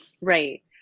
Right